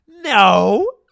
No